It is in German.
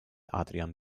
adrian